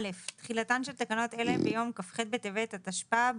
תחילתן של תקנות אלה ביום כ"ח בטבת התשפ"ב